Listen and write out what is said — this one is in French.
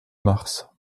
mars